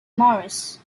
morris